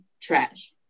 trash